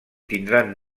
tindran